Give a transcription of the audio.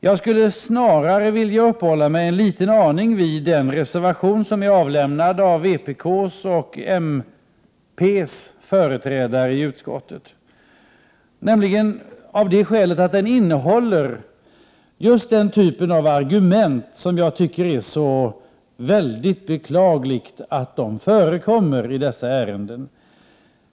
Jag skulle snarare vilja uppehålla mig något vid den reservation som är avlämnad av vpk:s och mp:s företrädare i utskottet, nämligen av det skälet att den innehåller just den typ av argument som enligt min mening är så beklagliga i detta slag av ärenden.